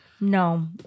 No